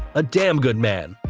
a damn good man